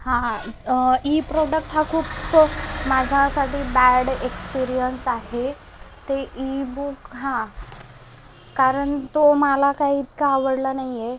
हां हां इ प्रोडक्ट हा खूप स माझ्यासाठी बॅड एक्सपीरिअन्स आहे ते ईबुक हा कारण तो मला काही इतका आवडला नाही आहे